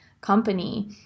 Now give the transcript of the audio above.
company